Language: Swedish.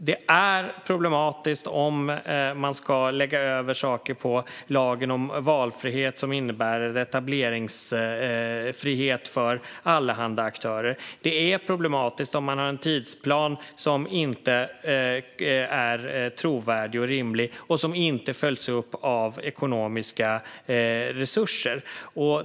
Det är problematiskt om man ska lägga över saker på lagen om valfrihet, som innebär etableringsfrihet för allehanda aktörer. Det är problematiskt om man har en tidsplan som inte är trovärdig och rimlig och som inte följs upp av ekonomiska resurser.